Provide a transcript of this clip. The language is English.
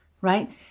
right